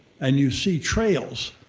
and you see trails,